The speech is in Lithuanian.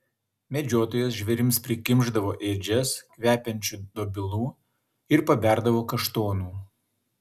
medžiotojas žvėrims prikimšdavo ėdžias kvepiančių dobilų ir paberdavo kaštonų